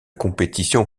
compétition